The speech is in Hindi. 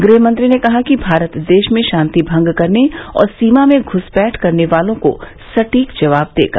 गृहमंत्री ने कहा कि भारत देश में शांति भंग करने और सीमा में घुसपैठ करने वालों को सटीक जवाब देगा